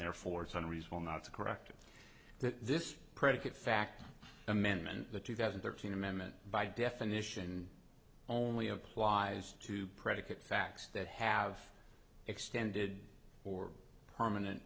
therefore it's unreasonable not to correct it that this predicate fact amendment the two thousand thirteen amendment by definition only applies to predicate facts that have extended or permanent